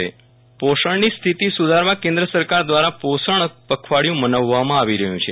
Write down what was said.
વિરલ રાણા પોષણ અભિયાન પોષણની સ્થિતિ સુધારવા કેન્દ્ર સરકાર દ્વારા પોષણ પખવાડિયું મનાવવામાં આવી રહ્યું છે